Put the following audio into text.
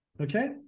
Okay